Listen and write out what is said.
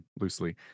loosely